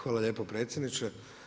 Hvala lijepo predsjedniče.